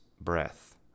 breath